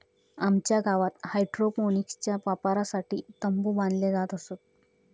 आमच्या गावात हायड्रोपोनिक्सच्या वापरासाठी तंबु बांधले जात असत